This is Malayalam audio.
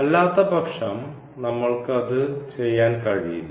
അല്ലാത്തപക്ഷം നമ്മൾക്ക് അത് ചെയ്യാൻ കഴിയില്ല